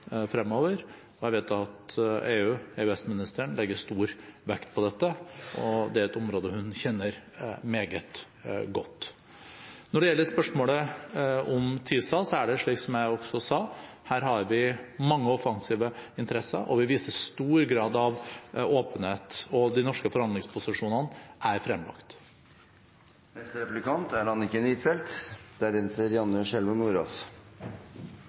Jeg vet at EØS- og EU-ministeren legger stor vekt på dette, og det er et område hun kjenner meget godt. Når det gjelder spørsmålet om TISA, er det slik som jeg også sa, at her har vi mange offensive interesser, vi viser stor grad av åpenhet, og de norske forhandlingsposisjonene er fremlagt. Jeg vil takke utenriksministeren for et godt innlegg. Vi er